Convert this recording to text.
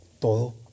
todo